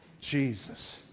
Jesus